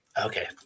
Okay